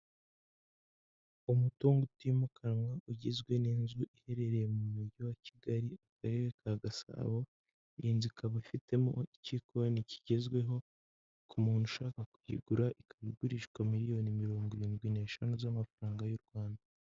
Umutungo utimukanwa ugizwe n'inzu iherereye mu mujyi wa Kigali, Akarere ka Gasabo, iyi nzu ikaba ifitemo ikigoni kigezweho, ku muntu ushaka kuyigura ikaba igurishwa miliyoniro mirongo irindwi n'eshanu z'amafaranga y'u Rwanda.